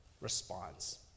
response